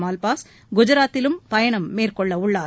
Malpass குஜாத்திலும் பயணம் மேற்கொள்ளவுள்ளார்